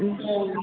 जी